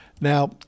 Now